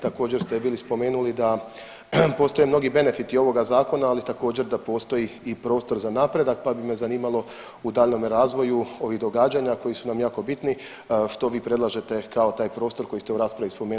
Također ste bili spomenuli da postoje mnogi benefiti ovoga Zakona, ali također da postoji i prostor za napredak, pa bi me zanimalo u daljnjem razvoju ovih događanja koji su nam jako bitni što vi predlažete kao taj prostor koji ste u raspravi spomenuli za napredak.